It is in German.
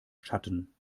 schatten